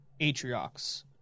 Atriox